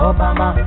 Obama